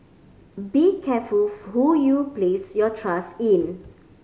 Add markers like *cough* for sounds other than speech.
be careful *unintelligible* who you place your trust in